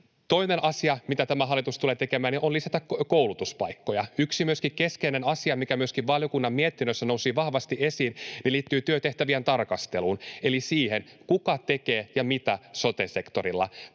Toinen asia, jonka tämä hallitus tulee tekemään, on koulutuspaikkojen lisääminen. Yksi keskeinen asia, joka myös valiokunnan mietinnössä nousi vahvasti esiin, liittyy työtehtävien tarkasteluun eli siihen, kuka tekee ja mitä sote-sektorilla.